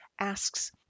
asks